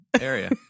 area